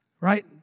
Right